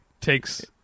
takes